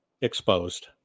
exposed